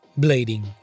blading